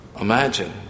Imagine